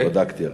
בדקתי הרגע.